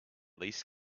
least